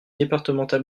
départemental